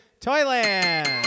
Toyland